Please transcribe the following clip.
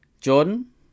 Jordan